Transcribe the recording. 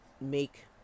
make